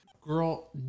Girl